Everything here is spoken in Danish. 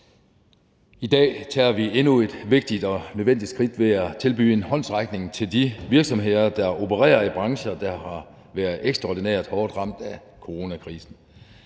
I dag tager vi endnu et vigtigt og nødvendigt skridt ved at tilbyde en håndsrækning til de virksomheder, der opererer i brancher, der har været ekstraordinært hårdt ramt af coronakrisen.